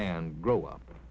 and grow up